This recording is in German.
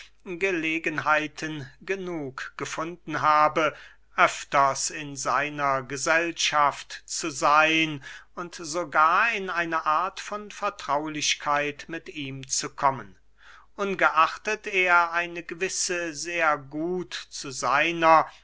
gelegenheiten genug gefunden habe öfters in seiner gesellschaft zu seyn und sogar in eine art von vertraulichkeit mit ihm zu kommen ungeachtet er eine gewisse sehr gut zu seiner